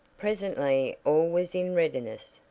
presently all was in readiness,